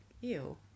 Ew